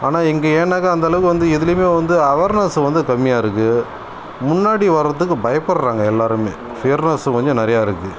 ஆனால் இங்கே ஏனாக்க அந்தளவுக்கு வந்து எதிலையுமே வந்து அவேர்னஸ் வந்து கம்மியாக இருக்குது முன்னாடி வரதுக்கு பயப்படறாங்க எல்லாருமே ஃபியர்னஸ் கொஞ்சம் நிறைய இருக்குது